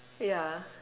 ya